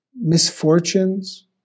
misfortunes